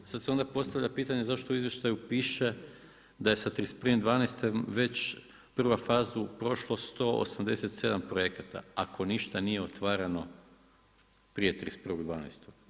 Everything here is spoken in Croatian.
Sad se onda postavlja pitanje zašto onda u izvještaju piše da je sa 31. 12. već prvu fazu prošlo 187 projekata ako ništa nije otvarano prije 31. 12.